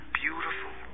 beautiful